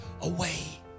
away